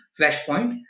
flashpoint